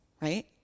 right